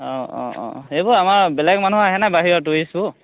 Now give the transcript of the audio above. অঁ অঁ অঁ এইবোৰ আমাৰ বেলেগ মানুহ আহে না বাহিৰৰ টুৰিষ্টবোৰ